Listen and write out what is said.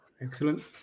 Excellent